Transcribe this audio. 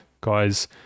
guys